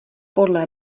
podle